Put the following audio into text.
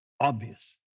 obvious